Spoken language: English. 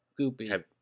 Goopy